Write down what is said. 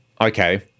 Okay